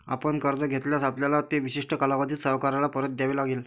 आपण कर्ज घेतल्यास, आपल्याला ते विशिष्ट कालावधीत सावकाराला परत द्यावे लागेल